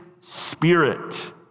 Spirit